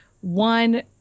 one